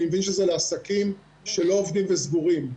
אני מבין שזה לעסקים שלא עובדים, וסגורים.